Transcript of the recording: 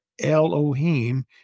Elohim